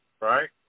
Right